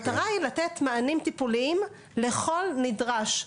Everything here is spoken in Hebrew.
המטרה היא לתת מענים טיפוליים לכל נדרש,